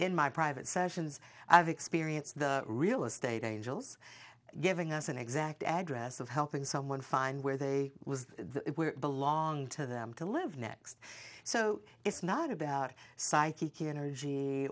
in my private sessions i've experienced the realestate angels giving us an exact address of helping someone find where they belong to them to live next so it's not about psyche energy